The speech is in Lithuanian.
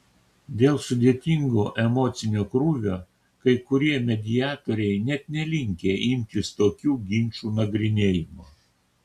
dėl sudėtingo emocinio krūvio kai kurie mediatoriai net nelinkę imtis tokių ginčų nagrinėjimo